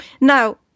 Now